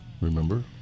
Remember